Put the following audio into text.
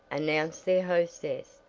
announced their hostess,